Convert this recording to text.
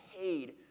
paid